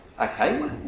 Okay